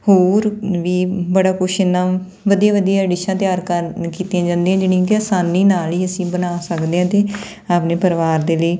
ਹੋਰ ਵੀ ਬੜਾ ਕੁਛ ਐਨਾ ਵਧੀਆ ਵਧੀਆ ਡਿਸ਼ਾਂ ਤਿਆਰ ਕਰ ਕੀਤੀਆਂ ਜਾਂਦੀਆਂ ਜਿਹੜੀਆਂ ਕਿ ਆਸਾਨੀ ਨਾਲ ਹੀ ਅਸੀਂ ਬਣਾ ਸਕਦੇ ਆ ਅਤੇ ਆਪਣੇ ਪਰਿਵਾਰ ਦੇ ਲਈ